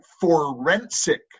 forensic